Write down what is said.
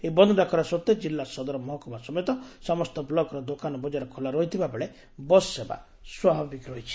ଏହି ବନ୍ଦ ଡାକରା ସତ୍ଧେ ଜିଲ୍ଲା ସଦର ମହକୁମା ସମତ ସମସ୍ତ ବ୍ଲକର ଦୋକାନ ବଜାର ଖୋଲା ରହିଥିବା ବେଳେ ବସ ସେବା ସ୍ୱାଭାବିକ ରହିଛି